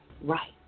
right